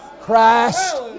Christ